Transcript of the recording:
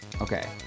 okay